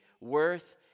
worth